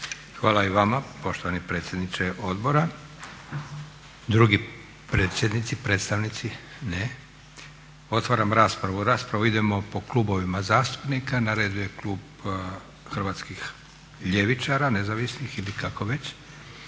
Hvala i vama poštovani predsjedniče odbora. Drugi predsjednici, predstavnici? Ne. Otvaram raspravu. U raspravu idemo po klubovima zastupnika. Na redu je klub Hrvatskih ljevičara, nezavisnih ili kako već,